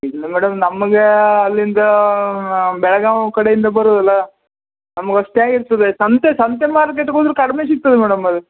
ಇಲ್ಲ ಮೇಡಮ್ ನಮಗೆ ಅಲ್ಲಿಂದ ಬೆಳಗಾವಿ ಕಡೆಯಿಂದ ಬರೋದಲ್ಲ ನಮ್ಗೆ ಅಷ್ಟು ಹ್ಯಾಗೆ ಇರ್ತದೆ ಸಂತೆ ಸಂತೆ ಮಾರ್ಕೆಟ್ಗೆ ಹೋದರು ಕಡಿಮೆ ಸಿಕ್ತದೆ ಮೇಡಮ್ ಅಲ್ಲಿ